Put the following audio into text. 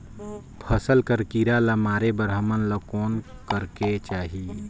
फसल कर कीरा ला मारे बर हमन ला कौन करेके चाही?